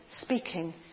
speaking